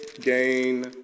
gain